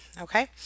okay